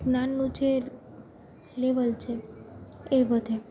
જ્ઞાનનું જે લેવલ છે એ વધે